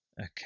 okay